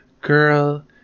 girl